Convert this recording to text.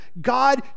god